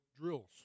drills